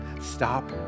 Stop